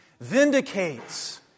Vindicates